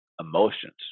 emotions